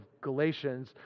Galatians